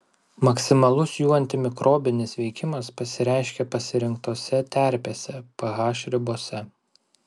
maksimalus jų antimikrobinis veikimas pasireiškia pasirinktose terpės ph ribose